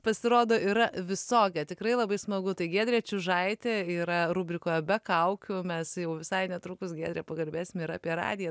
pasirodo yra visokia tikrai labai smagu tai giedrė čiužaitė yra rubrikoje be kaukių mes jau visai netrukus giedre pakalbėsim ir apie radiją